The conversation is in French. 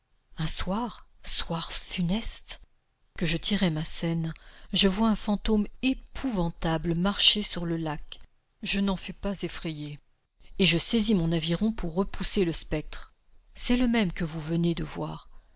un soir soir funeste que je tirais ma seine je vois un fantôme épouvantable marcher sur le lac je n'en fus pas effrayé et je saisis mon aviron pour repousser le spectre c'est le même que vous venez de voir